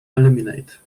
eliminate